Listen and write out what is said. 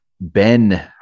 Ben